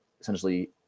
essentially